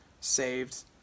saved